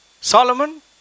Solomon